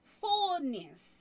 fullness